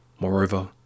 Moreover